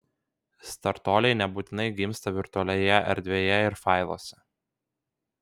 startuoliai nebūtinai gimsta virtualioje erdvėje ir failuose